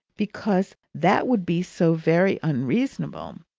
because that would be so very unreasonable.